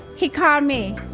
he called me.